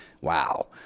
Wow